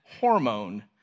hormone